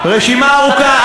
רשימה ארוכה.